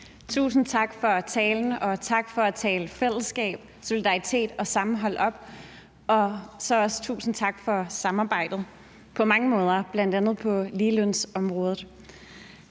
Tusind tak for talen, og tak for at tale fællesskab, solidaritet og sammenhold op. Og også tusind tak for samarbejdet – som vi har på mange områder, bl.a. ligelønsområdet.